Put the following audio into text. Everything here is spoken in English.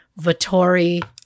Vittori